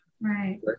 Right